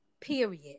Period